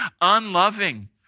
unloving